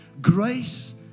grace